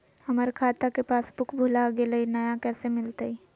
हमर खाता के पासबुक भुला गेलई, नया कैसे मिलतई?